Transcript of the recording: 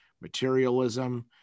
materialism